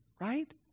right